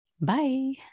Bye